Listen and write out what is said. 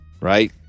Right